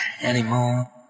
anymore